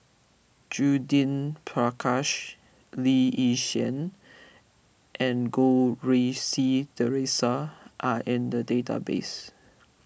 Judith Prakash Lee Yi Shyan and Goh Rui Si theresa are in the database